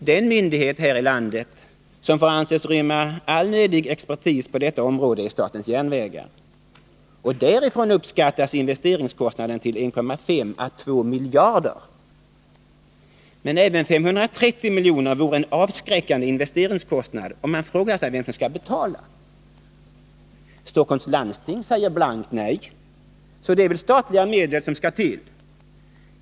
Den myndighet här i landet som får anses rymma all nödig expertis på detta område är statens järnvägar. Och därifrån uppskattas investeringskostnaderna till 1,5 å 2 miljarder. men även 530 miljoner vore en avskräckande investeringskostnad, och man frågar sig vem som skall betala. Stockholms läns landsting säger blankt nej; så det är väl statliga medel som skall till.